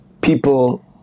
people